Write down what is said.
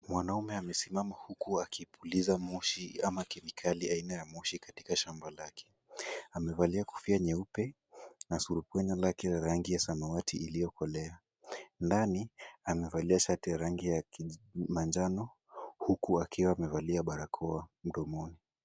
Mwanamume amesimama huku akipuliza moshi ama kemikali aina ya moshi katika shamba lake, amevalia kofia nyeupe na sulukwenya lake la rangi ya samawati iliyokolea, ndani amevalia shati ya rangi ya manjano, huku akiwa amevalia barakoa mdomoni.